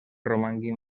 romanguin